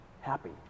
happy